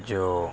جو